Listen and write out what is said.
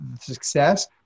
success